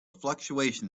fluctuation